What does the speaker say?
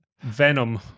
Venom